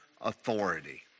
authority